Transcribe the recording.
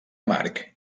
amarg